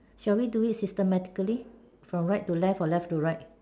shall we do it systematically from right to left or left to right